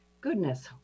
goodness